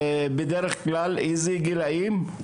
בדרך כלל איזה גילאים?